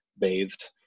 bathed